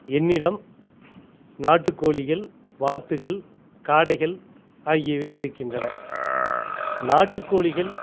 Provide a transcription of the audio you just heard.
என்னிடம் நாட்டுக்கோழிகள் வாத்துகள் காடைகள் ஆகியவை இருக்கின்றன நாட்டுக்கோழிகள்